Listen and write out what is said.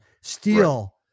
Steel